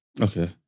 Okay